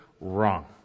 wrong